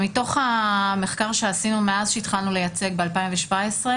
מתוך המחקר שעשינו מאז שהתחלנו לייצג ב-2017,